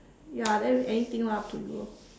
ya then anything lah up to you lor